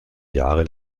jahre